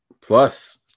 plus